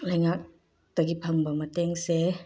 ꯂꯩꯉꯥꯛꯇꯒꯤ ꯐꯪꯕ ꯃꯇꯦꯡꯁꯦ